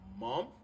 month